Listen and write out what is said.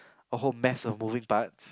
a whole mess of moving parts